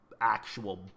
actual